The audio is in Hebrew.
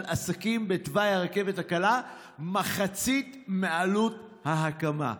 עסקים בתוואי הרכבת הקלה מחצית מעלות ההקמה.